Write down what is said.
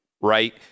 right